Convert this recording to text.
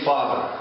Father